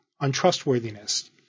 untrustworthiness